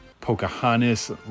Pocahontas